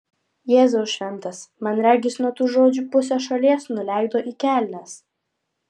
jėzau šventas man regis nuo tų žodžių pusė šalies nuleido į kelnes